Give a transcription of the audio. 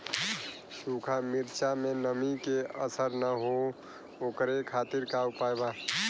सूखा मिर्चा में नमी के असर न हो ओकरे खातीर का उपाय बा?